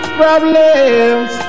problems